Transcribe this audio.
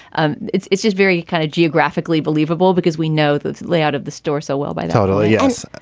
and it's it's just very kind of geographically believable because we know the layout of the store so well by totally yes,